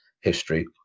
history